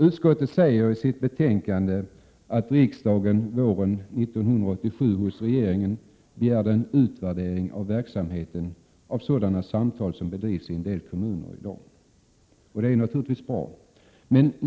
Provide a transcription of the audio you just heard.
Utskottet säger i sitt betänkande att riksdagen våren 1987 hos regeringen begärde en utvärdering av verksamheten av sådana samtal som i dag bedrivs i en del kommuner. Detta är naturligtvis bra.